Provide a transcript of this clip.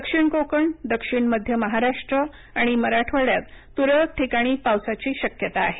दक्षिण कोकण दक्षिण मध्य महाराष्ट्र आणि मराठवाड्यात त्रळक ठिकाणी पावसाची शक्यता आहे